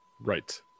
right